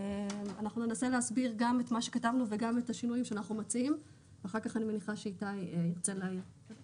יש הרבה שירותים שניתנים על גבי רשת שלא מתוך הפעלה של